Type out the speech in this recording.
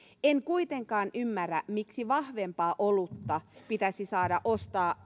en kuitenkaan ymmärrä miksi vahvempaa olutta pitäisi saada ostaa